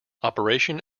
operation